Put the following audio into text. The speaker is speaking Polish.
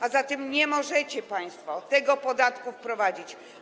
A zatem nie możecie państwo tego podatku wprowadzić.